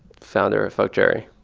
founder of f jerry